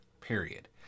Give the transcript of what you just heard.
Period